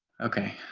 okay,